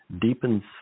deepens